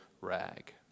rag